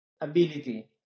ability